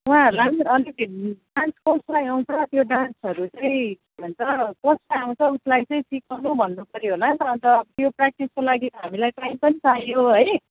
उहाँहरूलाई पनि अलिक त्यो डान्सहरू चाहिँ के भन्छ कसलाई आउँछ उसलाई चाहिँ सिकाउनु भन्नुपर्यो होला नि त अन्त त्यो प्र्याक्टिसको लागि हामीलाई टाइम पनि चाहियो है